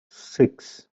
six